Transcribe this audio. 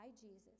Jesus